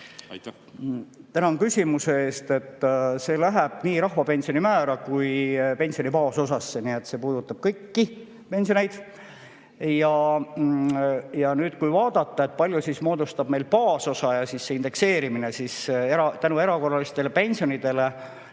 Tänan küsimuse eest! See läheb nii rahvapensioni määra kui pensioni baasosasse, nii et see puudutab kõiki pensione. Ja nüüd, kui vaadata, kui palju moodustab meil baasosa ja indekseerimine, siis tänu erakorralistele pensionitõusudele